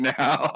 now